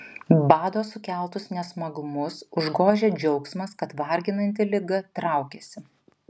bado sukeltus nesmagumus užgožia džiaugsmas kad varginanti liga traukiasi